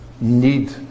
need